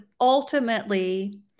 ultimately